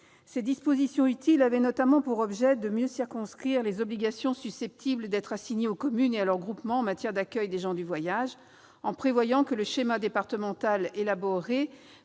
Ces dispositions utiles avaient plusieurs objets. Il s'agissait, d'abord, de mieux circonscrire les obligations susceptibles d'être assignées aux communes et à leurs groupements en matière d'accueil des gens du voyage, en prévoyant que le schéma départemental élaboré